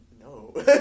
no